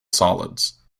solids